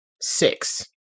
Six